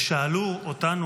ושאלו אותנו,